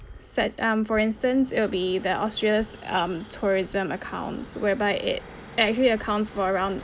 such um for instance it'll be the austria's um tourism accounts whereby it actually accounts for around